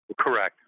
Correct